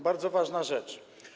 Bardzo ważna rzecz.